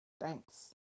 thanks